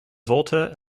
volta